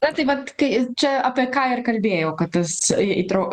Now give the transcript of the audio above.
na tai vat kai čia apie ką ir kalbėjau kad tas į įtrau